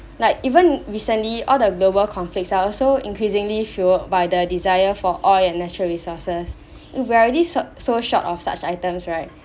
like even recently all the global conflicts are also increasingly filled by the desire for oil and natural resources we are already short so short of such items right